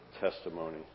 testimony